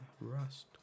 Rust